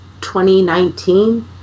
2019